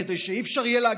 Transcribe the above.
כדי שלא יהיה אפשר להגיד